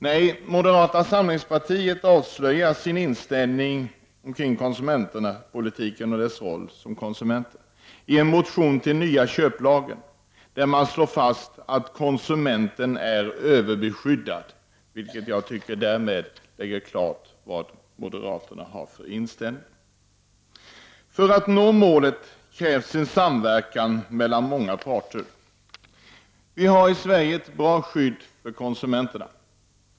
Nej, moderata samlingspartiet avslöjar sin inställning till konsumentpolitiken i en motion till förslaget om ny köplag, där moderaterna slår fast att konsumenten är överbeskyddad, vilket enligt min mening klart visar vilken inställning moderaterna har. För att nå målet krävs en samverkan mellan många parter. Vi har i Sverige ett bra skydd för konsumenterna.